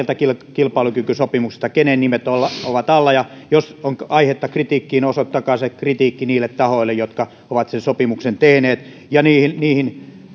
kilpailukykysopimuksesta keiden nimet ovat alla ja jos on aihetta kritiikkiin osoittakaa se kritiikki niille tahoille jotka ovat sen sopimuksen tehneet ja niihin niihin